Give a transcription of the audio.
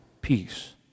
peace